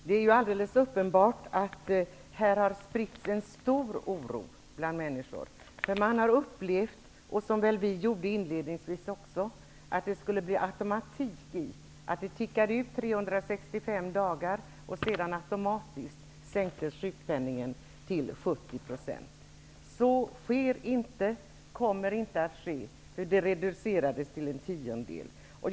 Herr talman! Det är helt uppenbart att det har spridits en stor oro bland människor. Man har fått uppfattningen -- som vi också fick inledningsvis -- att det skulle bli automatik i detta. Sjukpenningen skulle ticka ut i 365 dagar, och sedan skulle den automatiskt sänkas till 70 %. Så sker inte och kommer inte att ske. Förslaget reducerades till att gälla en tiondel.